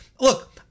Look